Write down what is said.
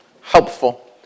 helpful